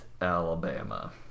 Alabama